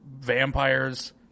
vampires